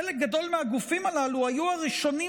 חלק גדול מהגופים הללו היו הראשונים